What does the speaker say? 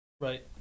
Right